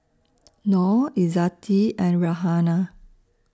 Nor Izzati and Raihana